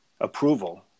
approval